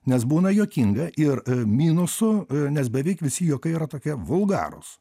nes būna juokinga ir minusų nes beveik visi juokai yra tokie vulgarūs